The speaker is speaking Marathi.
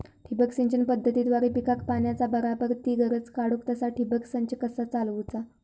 ठिबक सिंचन पद्धतीद्वारे पिकाक पाण्याचा बराबर ती गरज काडूक तसा ठिबक संच कसा चालवुचा?